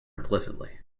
implicitly